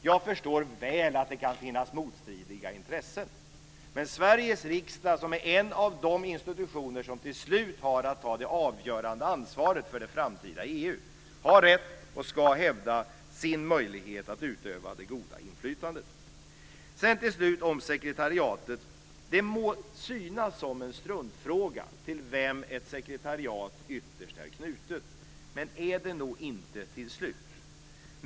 Jag förstår väl att det kan finnas motstridiga intressen. Men Sveriges riksdag, som är en av de institutioner som till slut har att ta det avgörande ansvaret för det framtida EU, har rätt att och ska hävda sin möjlighet att utöva det goda inflytandet. Till sist om sekretariatet: Det må synas som en struntfråga till vem ett sekretariat ytterst är knutet.